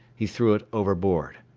he threw it overboard.